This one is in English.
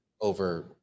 over